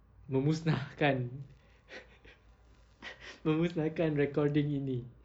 memusnahkan memusnahkan recording ini